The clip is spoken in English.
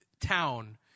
town